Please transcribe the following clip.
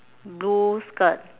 blue skirt